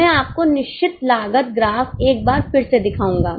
मैं आपको निश्चित लागत ग्राफ एक बार फिर से दिखाऊंगा